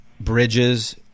bridges